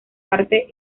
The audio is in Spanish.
parte